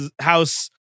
house